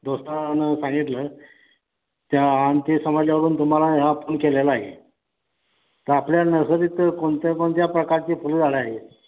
दोस्तानं सांगितलं त्या आणि ते समजल्यावरून तुम्हाला ह्या फोन केलेला आहे तर आपल्या नर्सरीतं कोणत्या कोणत्या प्रकारची फुलझाडं आहेत